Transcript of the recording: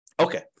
Okay